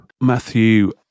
Matthew